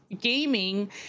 gaming